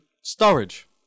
Storage